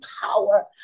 power